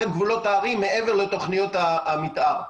את גבולות הערים מעבר לתוכניות המתאר.